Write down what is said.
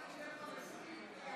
חבר הכנסת טיבי, אני